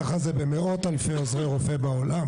כך זה במאות אלפי עוזרי רופא בעולם